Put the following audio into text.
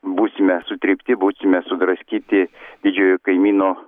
būsime sutrypti būsime sudraskyti didžiojo kaimyno